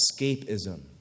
escapism